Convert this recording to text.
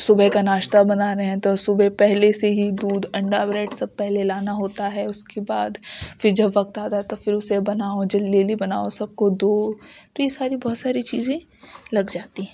صبح کا ناشتہ بنا رہے ہیں تو صبح پہلے سے ہی دودھ انڈا بریڈ سب پہلے لانا ہوتا ہے اس کے بعد پھر جب وقت آتا تو پھر اسے بناؤ جلدی جلدی بناؤ سب کو دو تو یہ ساری بہت ساری چیزیں لگ جاتی ہیں